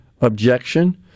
objection